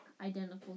identical